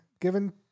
given